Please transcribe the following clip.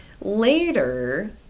later